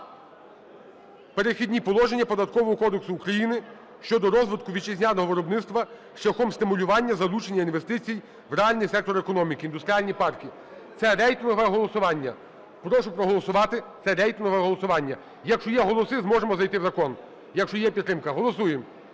"Перехідні положення" Податкового кодексу України щодо розвитку вітчизняного виробництва шляхом стимулювання залучення інвестицій в реальний сектор економіки, індустріальні парки. Це рейтингове голосування. Прошу проголосувати, це рейтингове голосування. Якщо є голоси зможемо зайти в закон, якщо є підтримка. Голосуємо.